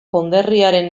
konderriaren